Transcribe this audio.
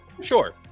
sure